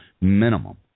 minimum